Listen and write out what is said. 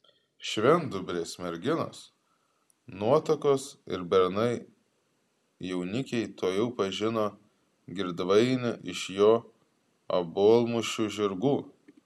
švendubrės merginos nuotakos ir bernai jaunikiai tuojau pažino girdvainį iš jo obuolmušių žirgų